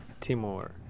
Timor